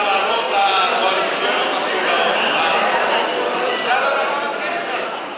ההעברות הקואליציוניות, משרד הרווחה, מסכים אתך.